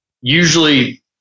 usually